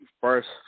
first